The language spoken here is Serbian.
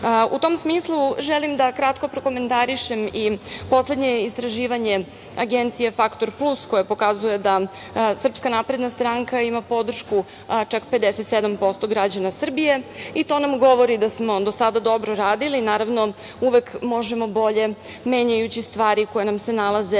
tom smislu, želim da kratko prokomentarišem i poslednje istraživanje agencije „Faktor plus“, koje pokazuje da SNS ima podršku čak 57% građana Srbije i to nam govori da smo do sada dobro radili, naravno, uvek možemo bolje, menjajući stvari koje nam se nalaze